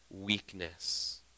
weakness